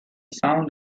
found